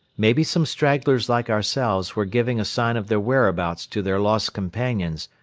maybe some stragglers like ourselves were giving a sign of their whereabouts to their lost companions,